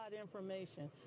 information